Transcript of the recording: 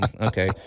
okay